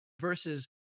versus